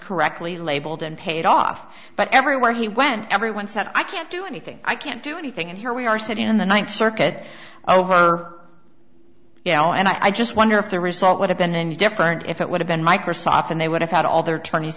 correctly labeled and paid off but everywhere he went everyone said i can't do anything i can't do anything and here we are sitting in the ninth circuit over yeah and i just wonder if the result would have been then different if it would have been microsoft and they would have had all their tourn